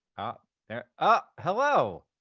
oh, there, ah, hello.